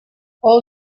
all